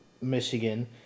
Michigan